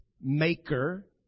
maker